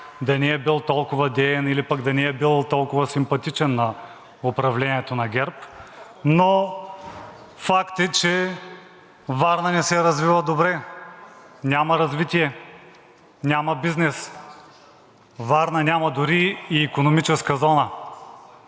да не е бил толкова деен или пък да не е бил толкова симпатичен на управлението на ГЕРБ, но факт е, че Варна не се развива добре – няма развитие, няма бизнес, Варна няма дори и икономическа зона.